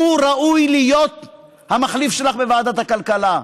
הוא ראוי להיות המחליף שלך בוועדת הכלכלה,